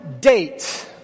date